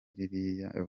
ririya